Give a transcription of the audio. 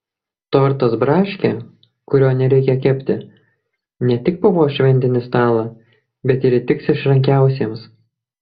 tortas braškė kurio nereikia kepti ne tik papuoš šventinį stalą bet ir įtiks išrankiausiems